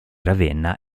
ravenna